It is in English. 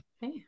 Hey